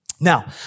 Now